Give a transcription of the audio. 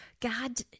God